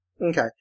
Okay